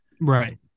Right